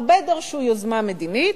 הרבה דרשו יוזמה מדינית,